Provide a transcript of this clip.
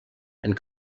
and